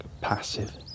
passive